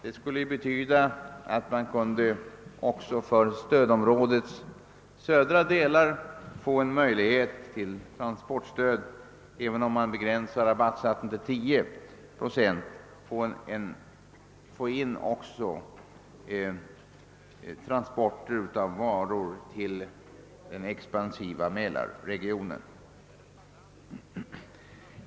Det skulle betyda att man också inom stödområdets södra delar får möjlighet till transportstöd — även om rabattsatsen begränsas till 10 procent för transporter av varor till den expansiva Mälarregionen.